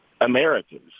Americans